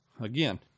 Again